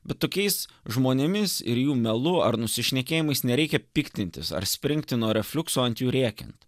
bet tokiais žmonėmis ir jų melu ar nusišnekėjimais nereikia piktintis ar springti nuo refliukso ant jų rėkiant